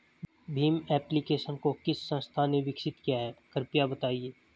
Bhim application को किस संस्था ने विकसित किया है कृपया बताइए?